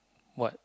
what